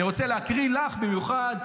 אני רוצה להקריא לך במיוחד,